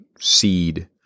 seed